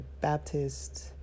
Baptist